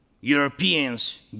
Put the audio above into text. Europeans